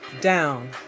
down